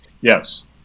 Yes